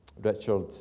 Richard